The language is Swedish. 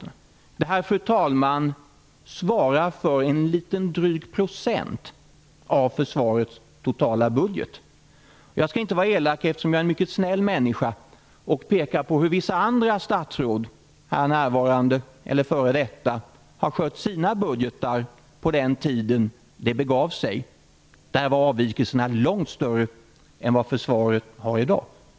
Dessa, fru talman, svarar för en dryg procent av Försvarets totala budget. Eftersom jag är en mycket snäll människa skall jag inte vara elak och peka på hur vissa andra statsråd - här närvarande eller före detta - har skött sina budgetar på den tiden det begav sig. Där var avvikelserna långt större än vad Försvaret har i dag.